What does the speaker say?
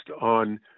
on